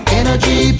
energy